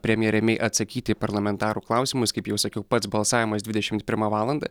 premjerė mei atsakyti į parlamentarų klausimus kaip jau sakiau pats balsavimas dvidešimt pirmą valandą